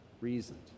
reasoned